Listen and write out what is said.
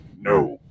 No